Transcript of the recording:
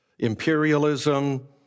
imperialism